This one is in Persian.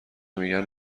میگن